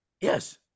Yes